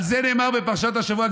על זה נאמר בפרשת השבוע,